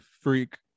freak